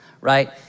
right